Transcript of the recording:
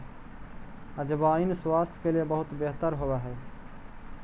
अजवाइन स्वास्थ्य के लिए बहुत बेहतर होवअ हई